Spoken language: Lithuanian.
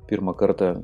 pirmą kartą